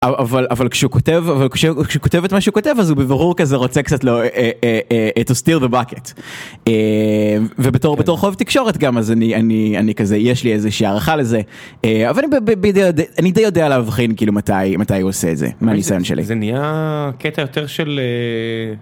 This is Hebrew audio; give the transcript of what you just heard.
אבל כשהוא כותב, אבל כשהוא כותב את מה שהוא כותב אז הוא בברור כזה רוצה קצת לא... אה... אה... אה... To steal the bucket. אה... ובתור חוב תקשורת גם אז אני... אני... אני כזה... יש לי איזה שהערכה לזה. אה... אבל אני בידי... אני די יודע להבחין כאילו מתי... מתי הוא עושה את זה. מהניסיון שלי. זה נהיה... קטע יותר של אה...